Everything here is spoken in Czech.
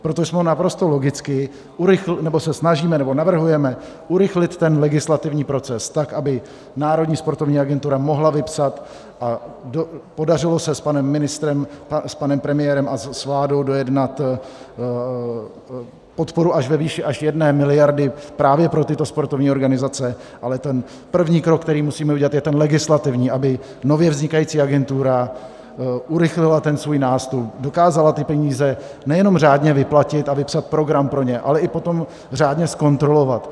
Proto šlo naprosto logicky, nebo se snažíme nebo navrhujeme urychlit ten legislativní proces tak, aby Národní sportovní agentura mohla vypsat a podařilo se s panem ministrem, s panem premiérem a s vládou dojednat podporu ve výši až 1 miliardy právě pro tyto sportovní organizace, ale ten první krok, který musíme udělat, je ten legislativní, aby nově vznikající agentura urychlila svůj nástup, dokázala ty peníze nejenom řádně vyplatit a vypsat pro ně program, ale i potom řádně zkontrolovat.